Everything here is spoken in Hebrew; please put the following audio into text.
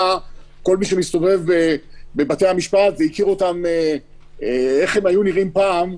כל מי שמסתובב בבתי המשפט והכיר איך הם היו נראים פעם,